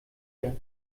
lucia